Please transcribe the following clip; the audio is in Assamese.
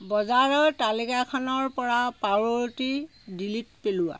বজাৰৰ তালিকাখনৰ পৰা পাওৰুটী ডিলিট পেলোৱা